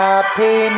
Happy